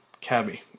Cabby